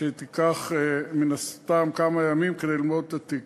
שתיקח מן הסתם כמה ימים כדי ללמוד את התיק.